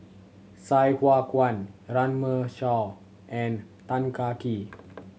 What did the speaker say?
Sai Hua Kuan Runme Shaw and Tan Kah Kee